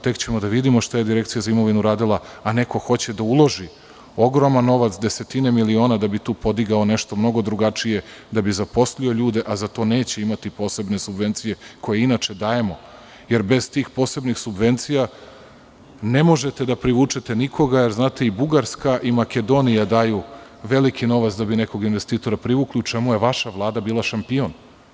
Tek ćemo da vidimo šta je Direkcija za imovinu uradila, a neko hoće da uloži ogroman novac, desetine miliona, da bi tu podigao nešto mnogo drugačije, da bi zaposlio ljude, a za to neće imati posebne subvencije koje inače dajemo, jer bez tih posebnih subvencija ne možete da privučete nikoga, jer i Bugarska i Makedonija daju veliki novac da bi nekog investitora privukli, u čemu je vaša vlada bila šampion.